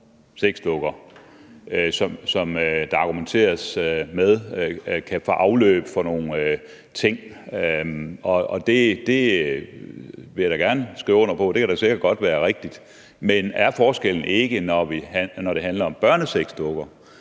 voksensexdukker, som der argumenteres med kan give afløb for nogle ting. Det vil jeg da gerne skrive under på sikkert godt kan være rigtigt, men er forskellen ikke, når det handler om børnesexdukker,